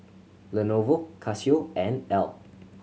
Lenovo Casio and Elle